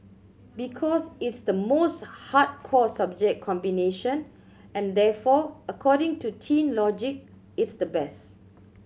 because it's the most hardcore subject combination and therefore according to teen logic it's the best